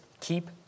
keep